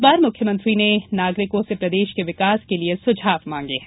इस बार मुख्यमंत्री ने नागरिकों से प्रदेश के विकास के लिये सुझाव मांगे हैं